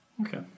okay